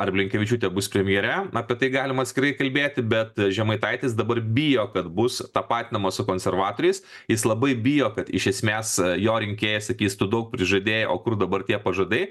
ar blinkevičiūtė bus premjere apie tai galima atskirai kalbėti bet žemaitaitis dabar bijo kad bus tapatinamas su konservatoriais jis labai bijo kad iš esmės jo rinkėjai sakys tu daug prižadėjo o kur dabar tie pažadai